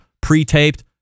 pre-taped